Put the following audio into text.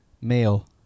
Male